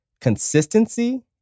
consistency